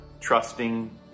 Trusting